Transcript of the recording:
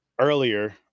earlier